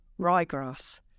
ryegrass